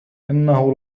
إنه